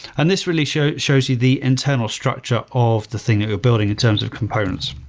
and this really shows shows you the internal structure of the thing that you're building in terms of components.